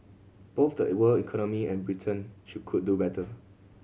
both the world economy and Britain should could do better